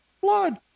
blood